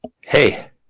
Hey